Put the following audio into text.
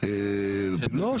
לא,